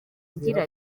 agira